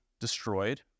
destroyed